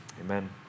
Amen